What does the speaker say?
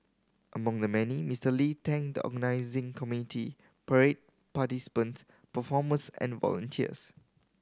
among the many Mister Lee thanked the organising committee parade participants performers and volunteers